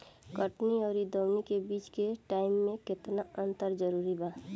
कटनी आउर दऊनी के बीच के टाइम मे केतना अंतर जरूरी बा?